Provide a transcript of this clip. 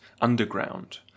underground